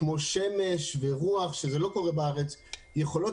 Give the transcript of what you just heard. כמו שמש ורוח שזה לא קורה בארץ יכולות